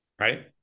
right